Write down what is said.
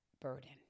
burden